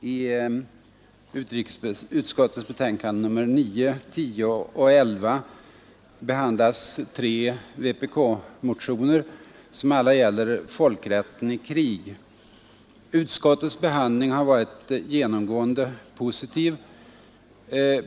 Herr talman! I utrikesutskottets betänkanden nr 9, 10 och 11 behandlas tre vpk-motioner som alla gäller folkrätten i krig. Utskottets behandling har genomgående varit positiv.